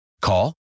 Call